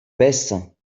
baissent